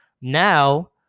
Now